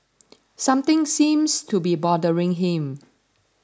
something seems to be bothering him